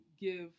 give